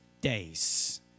days